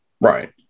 Right